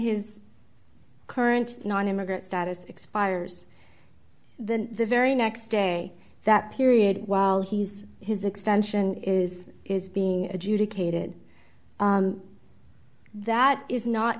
his current nonimmigrant status expires then the very next day that period while he's his extension is is being adjudicated that is not